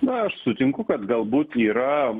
na aš sutinku kad galbūt yra